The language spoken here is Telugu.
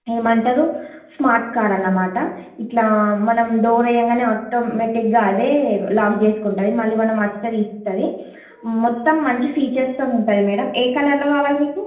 ఏమంటారు స్మార్ట్ కార్ అన్నమాట ఇలా మనం డోర్ వెయ్యగానే మొత్తం ఆటోమేటిక్గా అదే లాక్ చేసుకుంటుంది మళ్ళీ మనం వస్తే తీస్తుంది మొత్తం మంచి ఫీచర్స్తోని ఉంటుంది మేడమ్ ఏ కలర్లో కావాలి మీకు